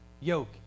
yoke